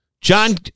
John